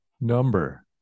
number